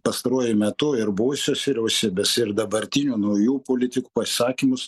pastaruoju metu ir buvusios vyriausybės ir dabartinių naujų politikų pasisakymus